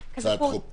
הצעת חוק טובה.